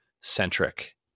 centric